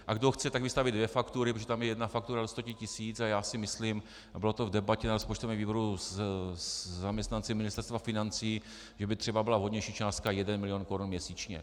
A kdo chce, tak vystaví dvě faktury, protože tam je jedna faktura do sta tisíc, a já si myslím, a bylo to v debatě na rozpočtovém výboru se zaměstnanci Ministerstva financí, že by třeba byla vhodnější částka jeden milion korun měsíčně.